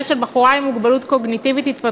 של בחורה עם מוגבלות קוגניטיבית-התפתחותית